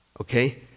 Okay